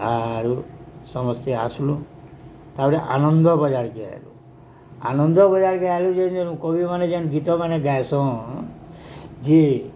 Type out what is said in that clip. ଆରୁ ସମସ୍ତେ ଆସିଲୁ ତା'ପରେ ଆନନ୍ଦ ବଜାରକେ ଆଇଲୁ ଆନନ୍ଦ ବଜାରକେ ଆଇଲୁ ଯେନ୍ ଯେନ୍ କବିମାନେ ଯେନ୍ ଗୀତମାନେ ଗାଏସନ୍ ଯେ